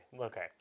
okay